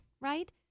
Right